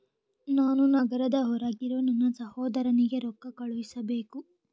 ನಾನು ನಗರದ ಹೊರಗಿರೋ ನನ್ನ ಸಹೋದರನಿಗೆ ರೊಕ್ಕ ಕಳುಹಿಸಬೇಕು